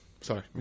sorry